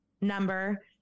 number